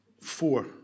Four